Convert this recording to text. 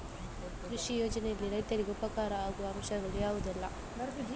ಕೃಷಿ ಯೋಜನೆಯಲ್ಲಿ ರೈತರಿಗೆ ಉಪಕಾರ ಆಗುವ ಅಂಶಗಳು ಯಾವುದೆಲ್ಲ?